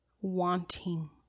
wanting